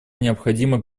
необходимой